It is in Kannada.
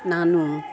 ನಾನು